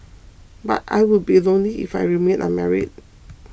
but I would be lonely if I remained unmarried